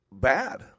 bad